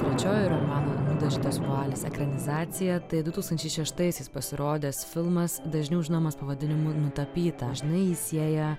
trečioji romano dažytas vualis ekranizacija tai du tūkstančiai šeštaisiais pasirodęs filmas dažniau žinomas pavadinimu nutapyta dažnai sieja